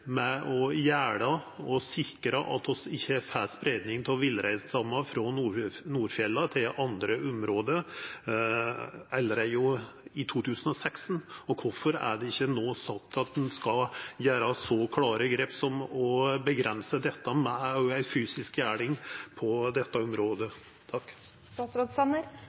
med å gjerda og sikra at vi ikkje får spreiing av villreinstammen frå Nordfjella til andre område, allereie i 2016? Og kvifor er det ikkje no sagt at ein skal ta så klare grep som å avgrense dette òg med ei fysisk gjerding på dette området?